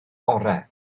orau